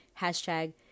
hashtag